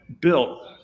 built